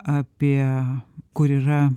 apie kur yra